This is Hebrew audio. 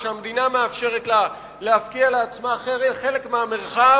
או שהמדינה מאפשרת לה להפקיע לעצמה חלק מהמרחב,